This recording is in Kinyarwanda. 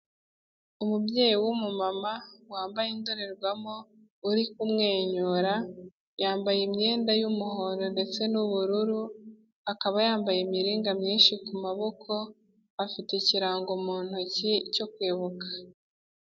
Umubyeyi w'umumama wambaye indorerwamo, uri kumwenyura, yambaye imyenda y'umuhondo ndetse n'ubururu, akaba yambaye imiringa myinshi ku maboko, afite ikirango mu ntoki cyo kwibuka.